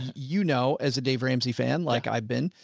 you know, as a dave ramsey fan, like i've been,